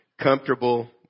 Comfortable